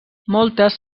moltes